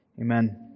Amen